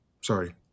sorry